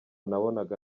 nabonaga